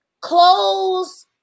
clothes